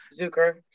Zucker